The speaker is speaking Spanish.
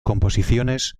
composiciones